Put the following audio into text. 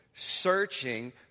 searching